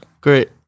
Great